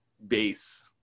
Base